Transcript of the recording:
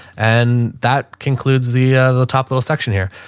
and that concludes the, ah, the top little section here.